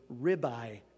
ribeye